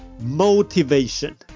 motivation